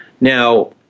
Now